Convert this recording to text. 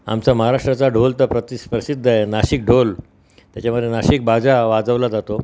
आमचा महाराष्ट्राचा ढोल तर प्रति प्रसिद्ध आहे नाशिक ढोल त्याच्यामधे नाशिक बाजा वाजवला जातो